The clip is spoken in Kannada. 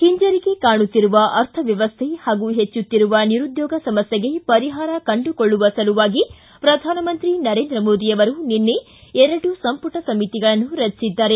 ಹಿಂಜರಿಕೆ ಕಾಣುತ್ತಿರುವ ಅರ್ಥವ್ಯವಸ್ಥೆ ಹಾಗೂ ಹೆಚ್ಚುತ್ತಿರುವ ನಿರುದ್ದೋಗ ಸಮಸ್ಥೆಗೆ ಪರಿಹಾರ ಕಂಡುಕೊಳ್ಳುವ ಸಲುವಾಗಿ ಪ್ರಧಾನಮಂತ್ರಿ ನರೇಂದ್ರ ಮೋದಿ ಅವರು ನಿನ್ನೆ ಎರಡು ಸಂಪುಟ ಸಮಿತಿಗಳನ್ನು ರಚಿಸಿದ್ದಾರೆ